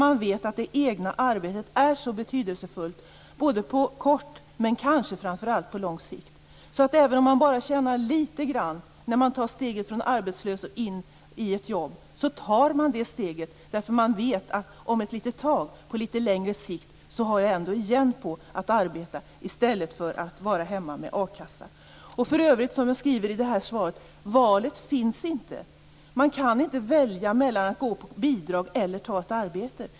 Man vet att det egna arbetet är betydelsefullt, på kort men kanske framför allt på lång sikt. Även om man bara tjänar litet grand när man tar steget från att vara arbetslös och in i ett jobb, så tar man det steget. Man vet nämligen att om ett litet tag, på litet längre sikt, tjänar man på att arbeta i stället för att vara hemma med a-kassa. För övrigt, som jag skriver i svaret: Valet finns inte. Man kan inte välja mellan att gå på bidrag eller att ta ett arbete.